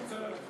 מבכירי,